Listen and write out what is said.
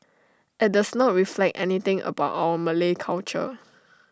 IT does not reflect anything about our Malay culture